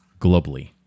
globally